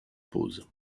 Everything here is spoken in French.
pose